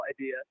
idea